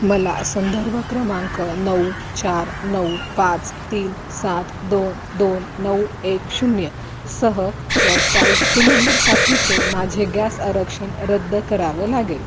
मला संदर्भ क्रमांक नऊ चार नऊ पाच तीन सात दोन दोन नऊ एक शून्य सह व्यावसायिक सिलेंडरसाठीचे माझे गॅस आरक्षण रद्द करावं लागेल